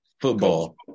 football